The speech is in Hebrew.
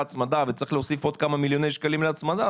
הצמדה וצריך להוסיף עוד כמה מיליוני שקלים להצמדה,